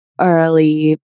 early